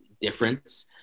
difference